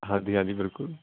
ਹਾਂਜੀ ਹਾਂਜੀ ਬਿਲਕੁਲ